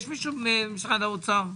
משרד האוצר.